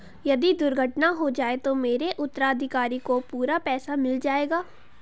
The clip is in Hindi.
यदि दुर्घटना हो जाये तो मेरे उत्तराधिकारी को पूरा पैसा मिल जाएगा?